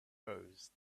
rose